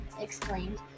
exclaimed